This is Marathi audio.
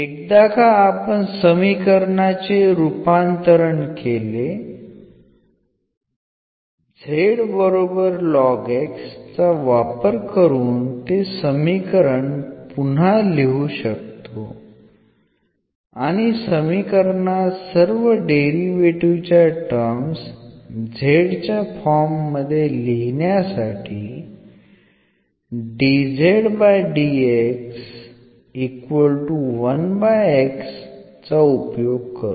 एकदा का आपण समीकरणाचे रूपांतरण केले चा वापर करून ते समीकरण पुन्हा लिहू शकतो आणि समीकरणात सर्व डेरिव्हेटीव्ह च्या टर्म्स z च्या फॉर्म मध्ये लिहिण्यासाठी चा उपयोग करू